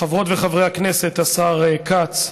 חברות וחבריי הכנסת, השר כץ,